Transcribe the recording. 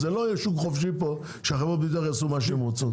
זה לא יהיה שוק חופשי פה כשחברות הביטוח יעשו מה שהן רוצות.